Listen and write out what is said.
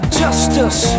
justice